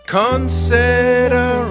consider